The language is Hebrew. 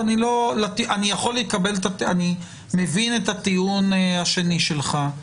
אני כן מבין את הטיעון השני שלך,